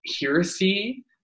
heresy